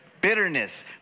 Bitterness